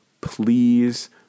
please